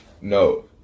No